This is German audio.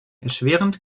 erschwerend